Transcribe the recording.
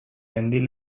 mendi